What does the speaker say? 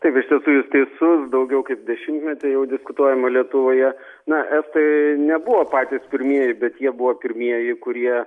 tai vis dėlto jūs teisus daugiau kaip dešimtmetį jau diskutuojama lietuvoje na estai nebuvo patys pirmieji bet jie buvo pirmieji kurie